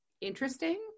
interesting